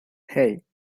hey